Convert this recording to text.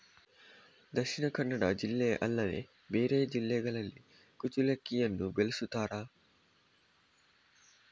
ದಕ್ಷಿಣ ಕನ್ನಡ ಜಿಲ್ಲೆ ಅಲ್ಲದೆ ಬೇರೆ ಜಿಲ್ಲೆಗಳಲ್ಲಿ ಕುಚ್ಚಲಕ್ಕಿಯನ್ನು ಬೆಳೆಸುತ್ತಾರಾ?